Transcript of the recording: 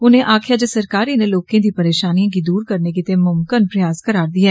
उनें आक्खेआ जे सरकार इनें लोकें दी परेषानियें गी दूर करने गिते मुमकन प्रयास करारदे न